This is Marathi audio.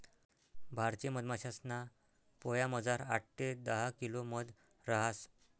भारतीय मधमाशासना पोयामझार आठ ते दहा किलो मध रहास